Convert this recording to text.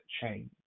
change